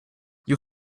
you